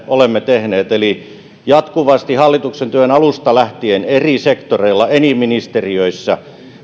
olemme tehneet eli jatkuvasti hallituksen työn alusta lähtien eri sektoreilla eri ministeriöissä